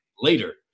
later